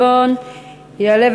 בואו